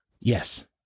Yes